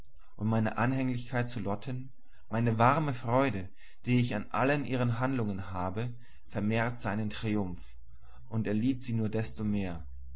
und meine anhänglichkeit zu lotten meine warme freude die ich an allen ihren handlungen habe vermehrt seinen triumph und er liebt sie nur desto mehr